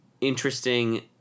interesting